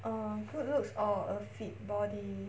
um good looks or a fit body